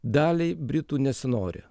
daliai britų nesinori